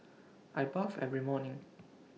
I bath every morning